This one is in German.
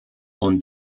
und